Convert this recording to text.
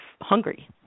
hungry